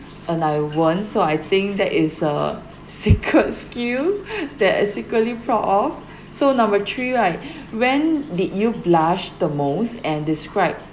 and I won't so I think that is a secret skill that I secretly proud of so number three right when did you blush the most and describe